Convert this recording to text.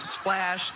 splash